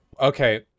Okay